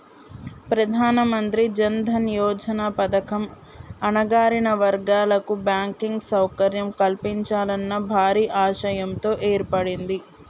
ప్రధానమంత్రి జన్ దన్ యోజన పథకం అణగారిన వర్గాల కు బ్యాంకింగ్ సౌకర్యం కల్పించాలన్న భారీ ఆశయంతో ఏర్పడింది